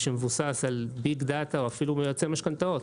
שמבוסס על ביג דאטה או אפילו דרך יועצי משכנתאות,